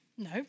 No